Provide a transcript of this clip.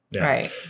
Right